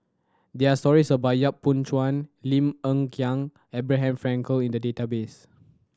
there are stories about Yap Boon Chuan Lim Hng Kiang Abraham Frankel in the database